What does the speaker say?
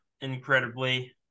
incredibly